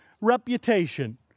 reputation